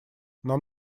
нам